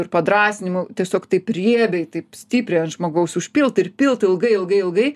ir padrąsinimų tiesiog taip riebiai taip stipriai ant žmogaus užpilt ir pilt ilgai ilgai ilgai